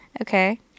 okay